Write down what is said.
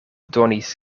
donis